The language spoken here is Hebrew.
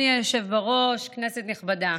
אדוני היושב-ראש, כנסת נכבדה,